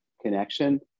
connection